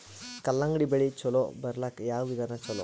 ಕಲ್ಲಂಗಡಿ ಬೆಳಿ ಚಲೋ ಬರಲಾಕ ಯಾವ ವಿಧಾನ ಚಲೋ?